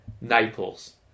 Naples